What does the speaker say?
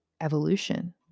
evolution